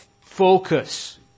focus